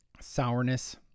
sourness